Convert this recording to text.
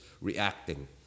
reacting